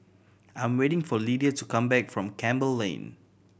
I'm waiting for Lydia to come back from Campbell Lane